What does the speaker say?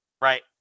right